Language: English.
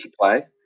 play